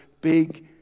big